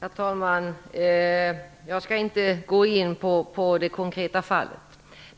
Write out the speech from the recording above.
Herr talman! Jag avser inte att gå in på det konkreta fallet.